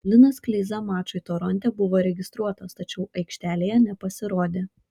linas kleiza mačui toronte buvo registruotas tačiau aikštelėje nepasirodė